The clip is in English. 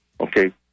okay